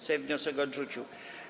Sejm wniosek odrzucił.